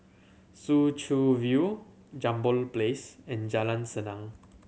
Soo Chow View Jambol Place and Jalan Senang